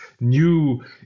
new